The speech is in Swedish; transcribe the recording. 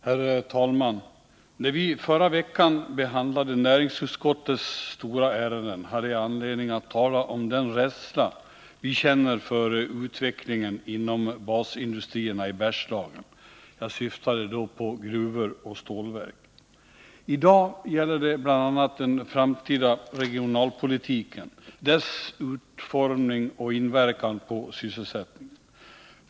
Herr talman! När vi förra veckan behandlade näringsutskottets stora ärenden hade jag anledning att tala om den rädsla vi känner för utvecklingen inom basindustrierna i Bergslagen. Jag syftade då på gruvor och stålverk. I dag gäller det bl.a. den framtida regionalpolitiken, dess utformning och inverkan på sysselsättningen.